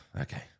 okay